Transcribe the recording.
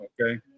okay